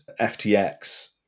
FTX